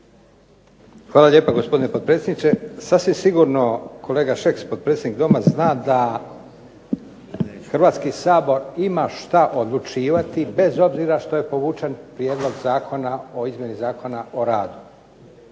Hvala lijepa, gospodine potpredsjedniče. Sasvim sigurno kolega Šeks, potpredsjednik Doma zna da Hrvatski sabor ima šta odlučivati bez obzira što je povučen Prijedlog zakona o izmjeni Zakona o radu